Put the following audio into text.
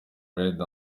red